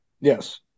yes